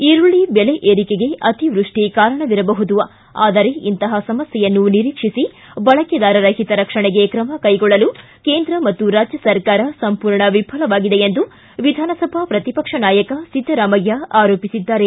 ಈರುಳ್ಳಿ ಬೆಲೆ ಏರಿಕೆಗೆ ಅತಿವೃಷ್ಟಿ ಕಾರಣವಿರಬಹುದು ಆದರೆ ಇಂತಹ ಸಮಸ್ಠೆಯನ್ನು ನಿರೀಕ್ಷಿಸಿ ಬಳಕೆದಾರರ ಹಿತರಕ್ಷಣೆಗೆ ತ್ರಮ ಕೈಗೊಳ್ಳಲು ಕೇಂದ್ರ ಮತ್ತು ರಾಜ್ಯ ಸರ್ಕಾರ ಸಂಪೂರ್ಣ ವಿಫಲವಾಗಿದೆ ಎಂದು ವಿಧಾನಸಭಾ ಪ್ರತಿಪಕ್ಷ ನಾಯಕ ಸಿದ್ದರಾಮಯ್ಯ ಆರೋಪಿಸಿದ್ದಾರೆ